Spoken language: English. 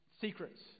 secrets